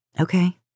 Okay